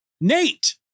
Nate